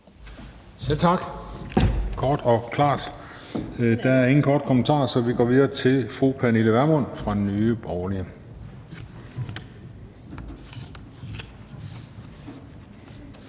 Det var kort og klart. Der er ingen korte bemærkninger, så vi går videre til fru Pernille Vermund fra Nye Borgerlige.